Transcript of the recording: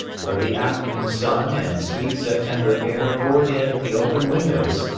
where the afternoon sun and sweet september air poured in at the open windows,